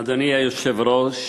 אדוני היושב-ראש,